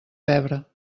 pebre